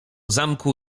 zamku